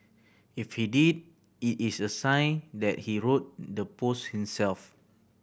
if he did it is a sign that he wrote the post himself